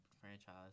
franchise